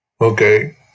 Okay